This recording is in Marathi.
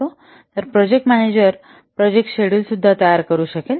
तर प्रोजेक्ट मॅनेजर प्रोजेक्ट शेड्युल करू शकेल